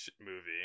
movie